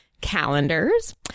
calendars